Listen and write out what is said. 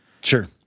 Sure